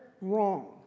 wrong